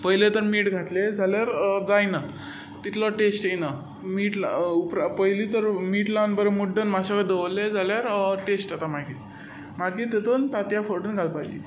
पयलें तर मीठ घातलें जाल्यार जायना तितलो टेस्ट येना पयलीं तर मीठ लावन मातसो बरें वगत दवरलें जाल्यार टेस्ट येता मागीर तितून तांतयां फोडून घालपाचीं